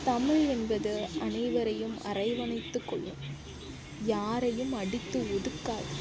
தமிழ் என்பது அனைவரையும் அரவணைத்துக் கொள்ளும் யாரையும் அடித்து ஒதுக்காது